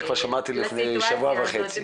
זה כבר שמעתי לפני שבוע וחצי.